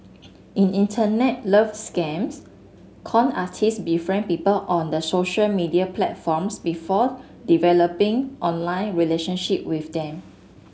in Internet love scams con artist befriend people on the social media platforms before developing online relationship with them